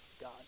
God